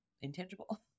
intangible